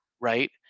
right